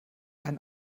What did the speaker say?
ein